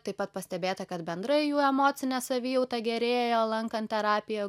taip pat pastebėta kad bendra jų emocinė savijauta gerėjo lankant terapiją